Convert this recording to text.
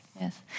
Yes